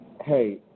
Hey